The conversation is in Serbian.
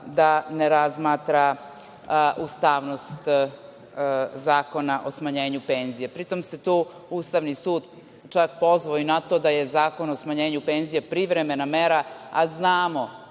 da ne razmatra ustavnost Zakona o smanjenju penzija. Pri tom se tu Ustavni sud čak pozvao i na to da je Zakon o smanjenju penzija privremena mera, a znamo